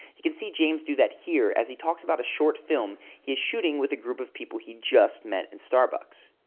can see james do that here as he talks about a short film he's shooting with a group of people he just met in starbucks.